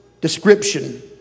description